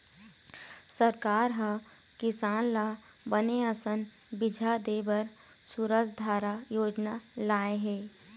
सरकार ह किसान ल बने असन बिजहा देय बर सूरजधारा योजना लाय हे